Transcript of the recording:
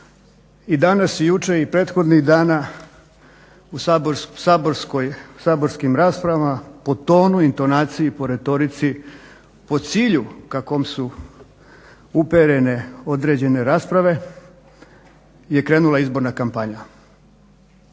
i danas i jučer i prethodnih dana u saborskim rasprava po tonu, intonaciji, po retorici, po cilju kakvom su uperene određene rasprave je krenula izborna kampanja.